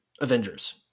Avengers